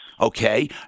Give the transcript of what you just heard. Okay